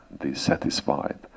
dissatisfied